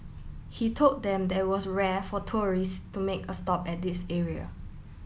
he told them that it was rare for tourist to make a stop at this area